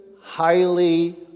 highly